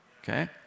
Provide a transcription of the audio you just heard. Okay